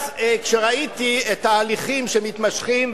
כשראיתי את ההליכים שמתמשכים,